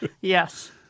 Yes